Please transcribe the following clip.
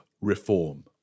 reform